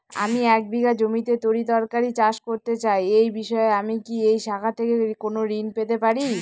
আমি এক বিঘা জমিতে তরিতরকারি চাষ করতে চাই এই বিষয়ে আমি কি এই শাখা থেকে কোন ঋণ পেতে পারি?